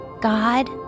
God